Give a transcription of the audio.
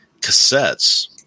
cassettes